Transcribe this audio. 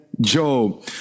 Job